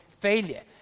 failure